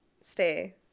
stay